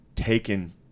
taken